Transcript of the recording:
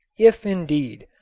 if, indeed,